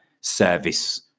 service